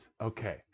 Okay